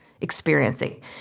experiencing